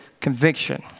conviction